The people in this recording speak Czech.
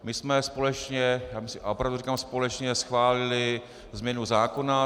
My jsme společně, a opravdu říkám společně, schválili změnu zákona.